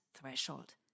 threshold